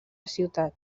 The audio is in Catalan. ciutat